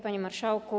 Panie Marszałku!